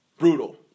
Brutal